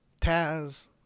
Taz